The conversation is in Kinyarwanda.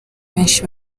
benshi